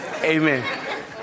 Amen